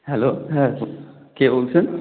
hello হ্যাঁ কে বলছেন